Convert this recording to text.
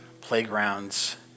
playgrounds